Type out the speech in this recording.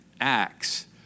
acts